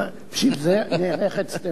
בשביל זה נערכת סטנוגרמה,